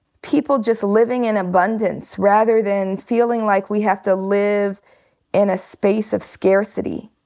people just living in abundance, rather than feeling like we have to live in a space of scarcity.